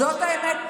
זאת האמת.